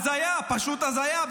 הזיה, פשוט הזיה.